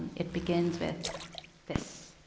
it begins with this.